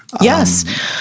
Yes